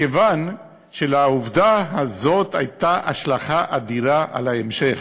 מכיוון שלעובדה הזאת הייתה השלכה אדירה על ההמשך,